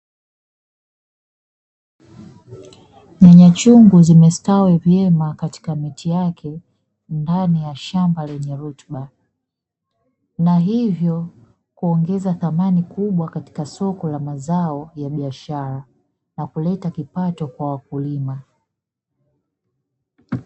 Nyanya chungu, zimestawi vyema katika miti yake ndani ya shamba lenye rutuba, na hivyo kuongeza thamani kubwa katika soko la mazao ya biashara na kuleta kipato kwa wakulima.